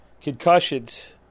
concussions